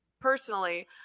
personally